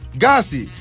gasi